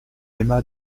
aima